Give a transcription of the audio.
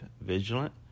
vigilant